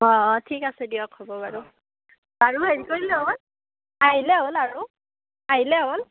অঁ অঁ ঠিক আছে দিয়ক হ'ব বাৰু আৰু হেৰি কৰিলে হ'ল আহিলে হ'ল আৰু আহিলে হ'ল